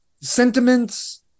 sentiments